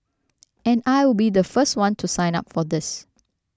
and I will be the first one to sign up for these